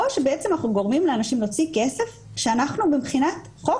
או שבעצם אנחנו גורמים לאנשים להוציא כסף כשאנחנו מבחינת חוק